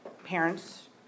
parents